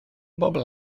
bobl